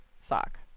Sock